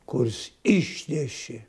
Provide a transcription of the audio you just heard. kurs išneši